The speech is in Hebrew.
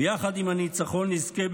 ויחד עם הניצחון נזכה,